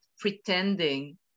pretending